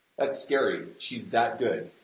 that's scary, she's that good.